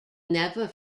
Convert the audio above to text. never